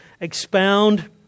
expound